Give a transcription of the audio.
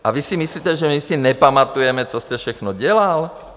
A vy si myslíte, že my si nepamatujeme, co jste všechno dělal?